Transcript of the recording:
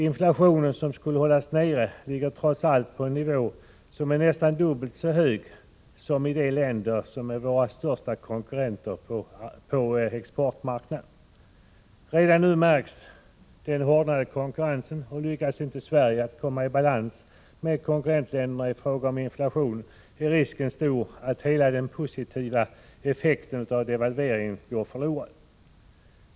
Inflationen, som skulle hållas nere, ligger trots allt på nästan dubbelt så hög nivå som i de länder som är våra största konkurrenter på exportmarknaden. Redan nu märks den hårdnande konkurrensen. Lyckas inte Sverige att komma i balans med konkurrentländerna i fråga om inflationen, är risken stor att den positiva effekten av devalveringen helt går förlorad.